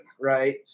right